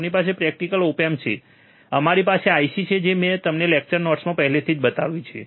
અમારી પાસે practical op amp છે અમારી પાસે IC છે જે મેં તમને લેક્ચર નોટ્સમાં પહેલાથી જ બતાવ્યું છે